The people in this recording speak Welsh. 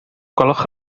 gwelwch